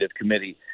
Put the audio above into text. committee